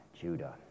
Judah